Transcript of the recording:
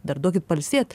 dar duokit pailsėt